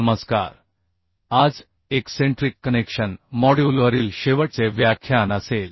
नमस्कार आज eccentric connection मॉड्यूलवरील शेवटचे व्याख्यान असेल